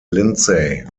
lindsay